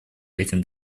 этим